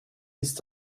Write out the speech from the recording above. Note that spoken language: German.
ist